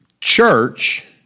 church